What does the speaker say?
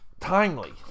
Timely